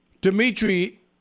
Dimitri